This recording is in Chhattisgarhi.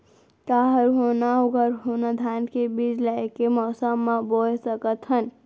का हरहुना अऊ गरहुना धान के बीज ला ऐके मौसम मा बोए सकथन?